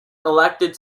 elected